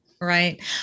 Right